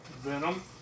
Venom